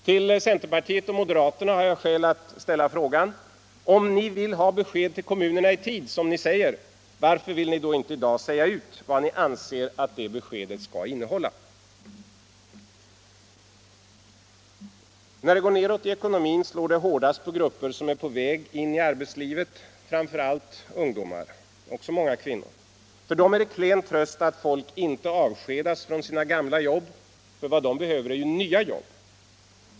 Till centerpartiet och moderaterna har jag skäl att ställa frågan: Om ni vill ha besked till kommunerna i tid, som ni säger, varför vill ni då inte i dag säga ut vad ni anser att beskedet bör innehålla? När det går neråt i ekonomin slår det hårdast på grupper som är på väg in i arbetslivet, framför allt ungdomar men också många kvinnor. För dem är det en klen tröst att folk inte avskedas från sina gamla jobb. Vad de behöver är nya jobb.